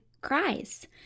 cries